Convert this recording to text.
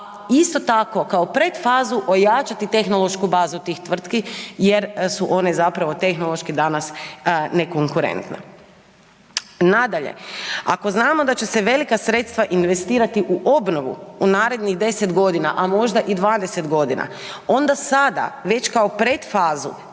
isto tako kao i predfazu ojačati tehnološku bazu tih tvrtki jer su one zapravo tehnološki danas nekonkurentne. Nadalje, ako znamo da će se velika sredstva investirati u obnovu u narednih 10 godina, a možda i 20, onda sada već kao predfazu